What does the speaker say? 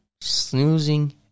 snoozing